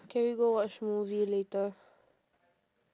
can we go watch movie later